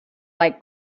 like